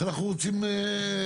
צריך להוסיף קומה לבית ספר.